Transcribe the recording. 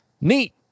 neat